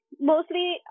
Mostly